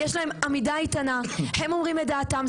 יש להם עמידה איתנה, הם אומרים את דעתם.